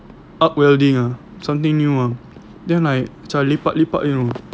arc welding ah something new ah then I macam lepak lepak you know